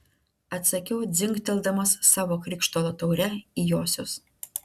atsakiau dzingteldamas savo krištolo taure į josios